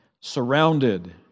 surrounded